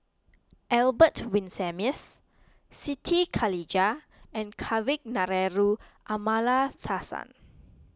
Albert Winsemius Siti Khalijah and Kavignareru Amallathasan